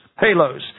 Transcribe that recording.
halos